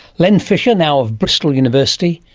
len fisher, now of bristol university,